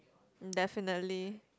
mm definitely